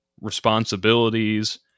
responsibilities